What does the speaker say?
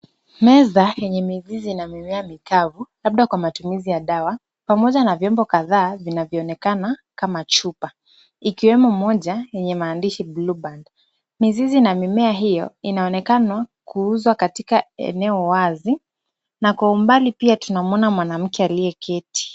Meza yenye mizizi na mimea mikavu, labda kwa matumizi ya dawa, pamoja na vyombo kadhaa vinavyoonekana kama chupa, ikiwemo moja yenye maandishi Blue band . Mizizi na mimea hiyo inaonekana kuuzwa katika eneo wazi, na kwa umbali pia tunamwona mwanamke aliyeketi.